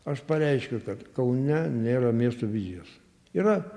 aš pareiškiu kad kaune nėra miestų vizijos yra